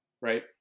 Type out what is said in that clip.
Right